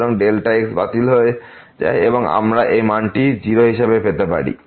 সুতরাং x বাতিল হয়ে যায় এবং আমরা এই মানটি 0 হিসাবে পেতে পারি